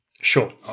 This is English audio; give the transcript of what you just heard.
sure